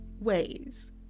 ways